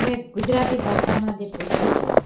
મેં ગુજરાતી ભાસામાં જે પુસ્તકો